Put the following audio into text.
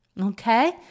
Okay